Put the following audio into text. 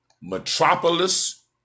metropolis